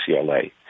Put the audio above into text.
UCLA